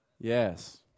Yes